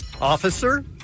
Officer